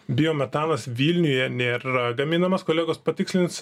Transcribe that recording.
biometanas vilniuje nėra gaminamas kolegos patikslins